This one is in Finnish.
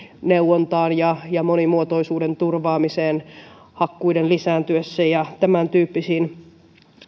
neuvontaan ja ja monimuotoisuuden turvaamiseen hakkuiden lisääntyessä ja tämäntyyppisiin